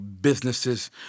businesses